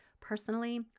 personally